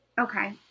Okay